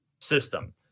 system